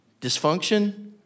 dysfunction